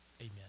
Amen